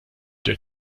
der